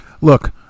look